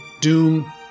doom